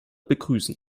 begrüßen